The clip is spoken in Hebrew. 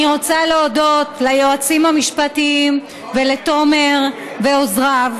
אני רוצה להודות ליועצים המשפטיים ולתומר ולעוזריו,